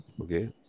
Okay